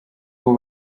ubu